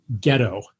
ghetto